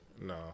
No